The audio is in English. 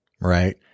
right